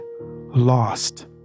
lost